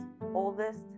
oldest